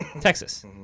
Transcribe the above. Texas